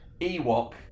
Ewok